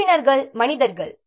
உறுப்பினர்கள் மனிதர்கள்